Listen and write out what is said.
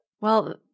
Well-